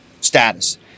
status